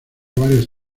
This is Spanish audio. varios